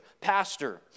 pastor